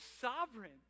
sovereign